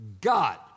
God